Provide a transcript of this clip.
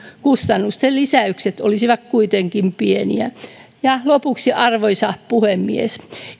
kustannusten lisäykset olisivat kuitenkin pieniä lopuksi arvoisa puhemies